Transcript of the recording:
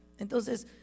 entonces